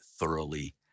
thoroughly